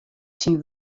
syn